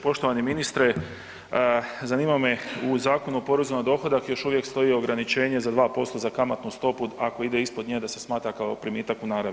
Poštovani ministre, zanima me u Zakonu o porezu na dohodak još uvijek stoji ograničenje za 2% za kamatnu stopu, ako ide ispod nje da se smatra kao primitak u naravi.